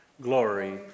Glory